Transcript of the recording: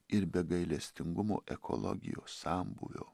ir be gailestingumo ekologijos sambūvio